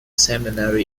seminary